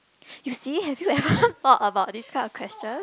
you see have you ever thought about this kind of question